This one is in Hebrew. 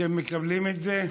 אתם מקבלים את זה?